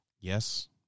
Yes